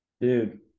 Dude